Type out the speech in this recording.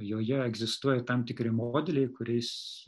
joje egzistuoja tam tikri modeliai kuriais